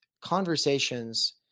conversations